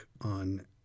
on